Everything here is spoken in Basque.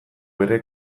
bere